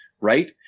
right